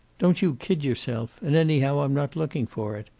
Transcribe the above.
don't you kid yourself. and, anyhow, i'm not looking for it.